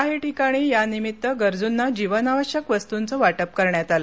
काही ठिकाणी यानिमित्त गरजूंना जीवनावश्यक वस्तुंचं वाटप करण्यात आलं